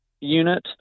Unit